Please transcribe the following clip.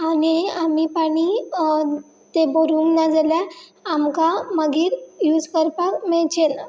आनी आमी पाणी ते भरूंक ना जाल्यार आमकां मागीर यूज करपाक मेळचे ना